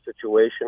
situation